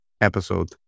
episode